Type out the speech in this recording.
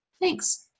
Thanks